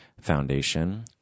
Foundation